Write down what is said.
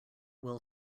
will